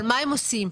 אבל מה הם עושים?